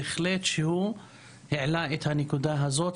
בהחלט שהוא העלה את הנקודה הזאת,